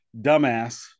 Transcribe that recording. dumbass